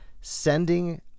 sending